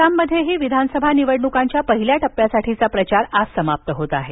आसाम आसाममध्येही विधानसभा निवडणुकांच्या पहिल्या टप्प्यासाठीचा प्रचार आज समाप्त होत आहे